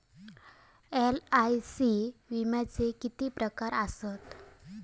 LIC विम्याचे किती प्रकार आसत?